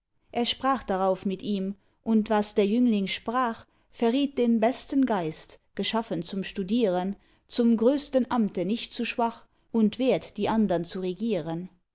er sprach darauf mit ihm und was der jüngling sprach verriet den besten geist geschaffen zum studieren zum größten amte nicht zu schwach und wert die andern zu regieren